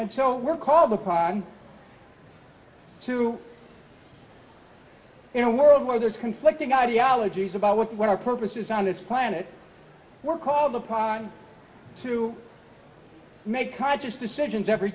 and so we're called upon to in a world where there's conflicting ideologies about what our purpose is on this planet we're called upon to make conscious decisions every